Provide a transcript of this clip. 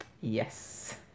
Yes